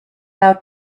out